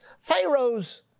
Pharaoh's